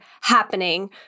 happening